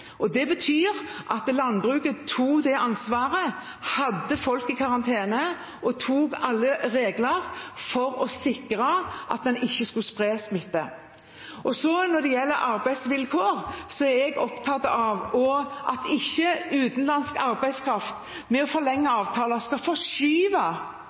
Det betyr at landbruket tok det ansvaret, hadde folk i karantene og tok alle forholdsregler for å sikre at en ikke skulle spre smitte. Når det gjelder arbeidsvilkår, er jeg også opptatt av at utenlandsk arbeidskraft, gjennom å forlenge avtaler, ikke skal skyve